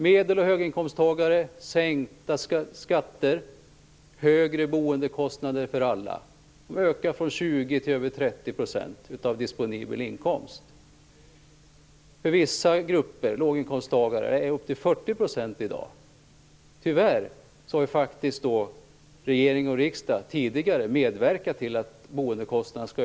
Medel och höginkomsttagare fick sänkta skatter, medan alla fick höjda boendekostnader, från 20 % till över 30 % av disponibel inkomst. För vissa grupper av låginkomsttagare är boendekostnaderna i dag uppe i 40 %. Tyvärr har regering och riksdag tidigare medverkat till att boendekostnaderna ökat.